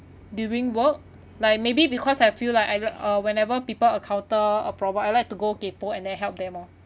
during work like maybe because I feel like I uh whenever people encounter a problem I like to kepo and them helped them lor